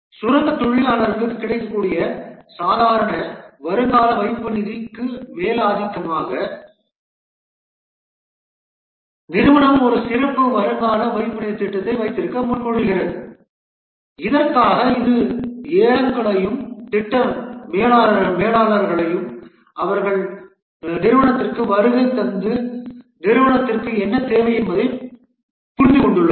சுரங்கத் தொழிலாளர்களுக்கு கிடைக்கக்கூடிய சாதாரண வருங்கால வைப்பு நிதிக்கு மேலதிகமாக நிறுவனம் ஒரு சிறப்பு வருங்கால வைப்பு நிதி திட்டத்தை வைத்திருக்க முன்மொழிகிறது இதற்காக இது ஏலங்களையும் திட்ட மேலாளர்களையும் அவர்கள் நிறுவனத்திற்கு வருகை தந்து நிறுவனத்திற்கு என்ன தேவை என்பதைப் புரிந்துகொண்டுள்ளது